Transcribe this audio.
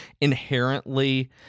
inherently